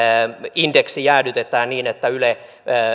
indeksi jäädytetään niin että yle